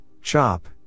chop